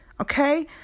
okay